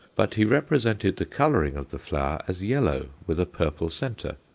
but he represented the colouring of the flower as yellow with a purple centre.